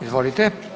Izvolite.